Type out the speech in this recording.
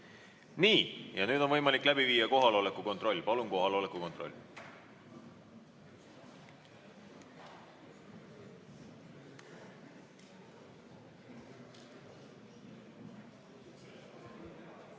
nüüd on võimalik läbi viia kohaloleku kontroll. Palun kohaloleku kontroll!